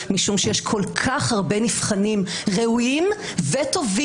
משום שיש כל כך הרבה נבחנים ראויים וטובים